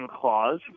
Clause